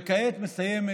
וכעת מסיימת